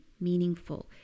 meaningful